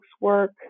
work